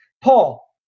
Paul